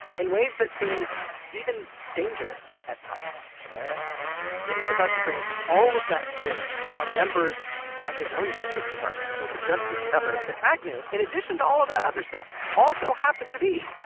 in ways that seemed even dangerous at times and he was about to bring all of that to bear on members of his own justice department, who had just discovered that agnew in addition to all of that other stuff also happened to be.